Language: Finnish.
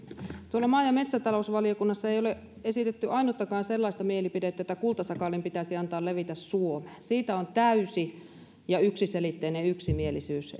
tuolla maa ja metsätalousvaliokunnassa ei ole esitetty ainuttakaan sellaista mielipidettä että kultasakaalin pitäisi antaa levitä suomeen siitä on täysi ja yksiselitteinen yksimielisyys